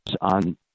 on